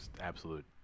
absolute